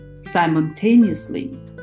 simultaneously